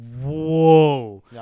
whoa